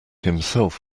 himself